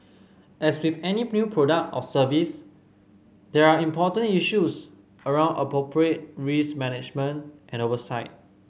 as with any new product or service there are important issues around appropriate risk management and oversight